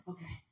Okay